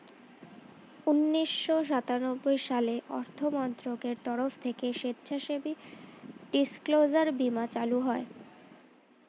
উন্নিশো সাতানব্বই সালে অর্থমন্ত্রকের তরফ থেকে স্বেচ্ছাসেবী ডিসক্লোজার বীমা চালু হয়